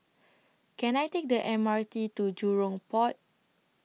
Can I Take The M R T to Jurong Port